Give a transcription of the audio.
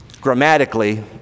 grammatically